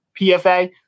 PFA